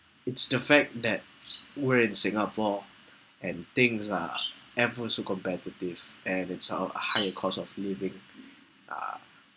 it's the fact that we're in singapore and things are ever so competitive and it's our higher cost of living uh